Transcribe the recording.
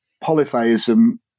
polytheism